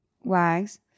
wags